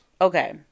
Okay